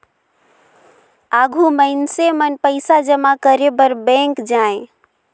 आघु मइनसे मन पइसा जमा करे बर बेंक जाएं